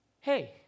hey